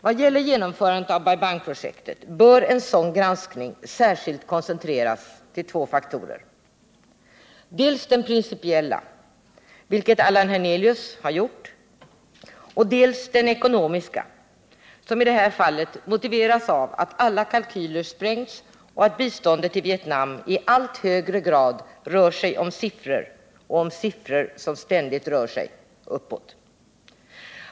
Vad gäller genomförandet av Bai Bang-projektet bör en sådan granskning särskilt koncentreras till två faktorer — dels den principiella, som Allan Hernelius har talat om, dels den ekonomiska, som i detta fall motiveras av att alla kalkyler sprängts och att biståndet till Vietnam i allt högre grad rör sig om siffror, och om siffror som ständigt rör sig uppåt.